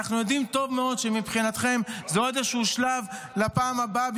אנחנו יודעים טוב מאוד שמבחינתכם זה עוד איזשהו שלב לפעם הבאה,